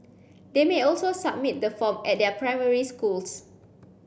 they may also submit the form at their primary schools